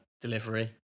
delivery